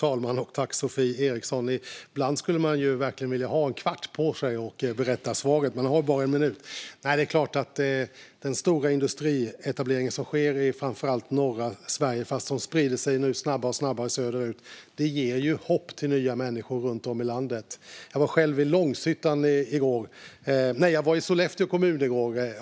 Fru talman! Ibland skulle man verkligen vilja ha en kvart på sig att berätta svaret, men man har bara en minut. Det är klart att den stora industrietablering som sker i framför allt norra Sverige men som snabbare och snabbare sprider sig söderut ger nytt hopp till människor runt om i landet. Jag var själv i Sollefteå kommun i går.